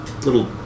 little